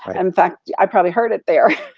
um fact, i probably heard it there,